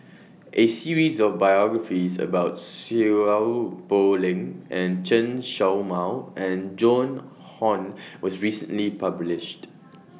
A series of biographies about Seow Poh Leng Chen Show Mao and Joan Hon was recently published